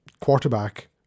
quarterback